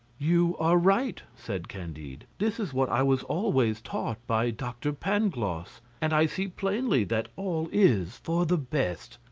you are right, said candide this is what i was always taught by mr. pangloss, and i see plainly that all is for the best.